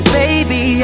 baby